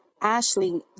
Ashley